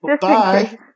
Bye